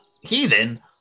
Heathen